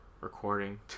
recording